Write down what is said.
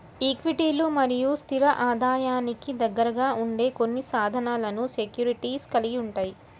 ఈక్విటీలు మరియు స్థిర ఆదాయానికి దగ్గరగా ఉండే కొన్ని సాధనాలను సెక్యూరిటీస్ కలిగి ఉంటాయి